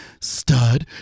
Stud